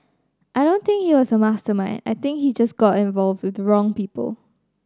I don't think he was a mastermind I think he just got involved with the wrong people